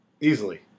Easily